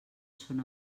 són